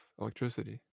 electricity